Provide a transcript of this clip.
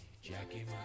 Jackie